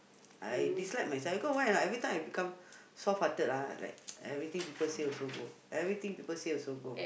I dislike myself because why or not every time I become soft hearted ah like everything people say also go everything people say also go